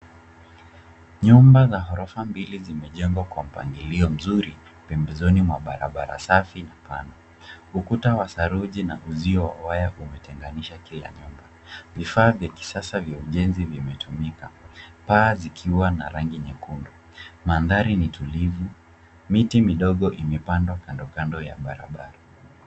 Nyumba za ghorofa mbili zimejengwa kwa mpangilio mzuri pembezoni mwa barabara safi pana. Ukuta wa saruji na uzio wa waya umetenganisha kila nyumba. Vifaa vya kisasa vya ujenzi vimetumika. Paa zikiwa na rangi nyekundu. Mandhari ni tulivu. Miti midogo imepandwa kando kando ya barabara.